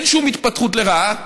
אין שום התפתחות לרעה,